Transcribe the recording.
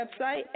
website